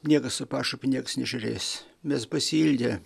niekas su pašaipa nieks nežiūrės mes pasiilgę